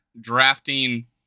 drafting